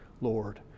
lord